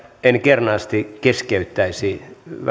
en kernaasti keskeyttäisi